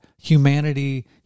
humanity